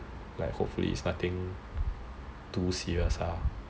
hopefully it's nothing too serious lah